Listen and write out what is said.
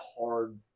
hard